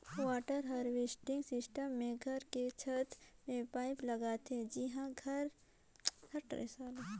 water harvesting system मे घर के छत में पाईप लगाथे जिंहा ले घर के भीतरी में पानी हर जाथे